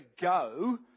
go